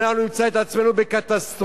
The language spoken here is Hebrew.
אנחנו נמצא את עצמנו בקטסטרופה.